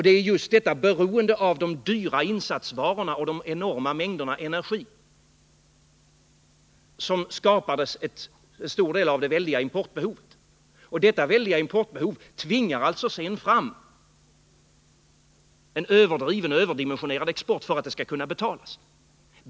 Det är just detta beroende av de dyra insatsvarorna och de enorma mängderna energi som skapar en stor del av det väldiga importbehovet. Detta väldiga importbehov tvingar sedan fram en överdimensionerad export för att det skall kunna betalas.